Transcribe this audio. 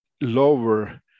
lower